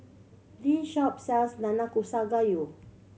this shop sells Nanakusa Gayu